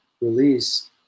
release